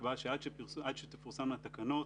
ונקבע שעד שתפורסמנה התקנות,